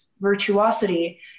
virtuosity